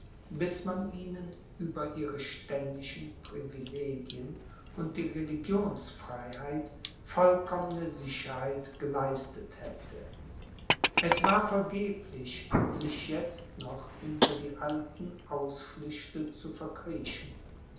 bis man ihnen über ihre ständischen privilegien und die religionsfreiheit vollkommene sicherheit geleistet hätte es war vergeblich sich jetzt noch hinter die alten ausflüchte zu verkriechen